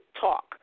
talk